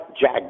Jack